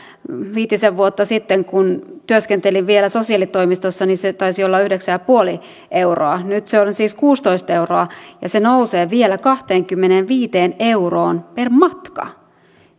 viitisen vuotta sitten kun työskentelin vielä sosiaalitoimistossa se taisi olla yhdeksän pilkku viisi euroa nyt se on siis kuusitoista euroa niin nyt se nousee vielä kahteenkymmeneenviiteen euroon per matka